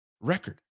record